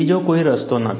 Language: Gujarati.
બીજો કોઈ રસ્તો નથી